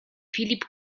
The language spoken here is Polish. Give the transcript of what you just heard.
filip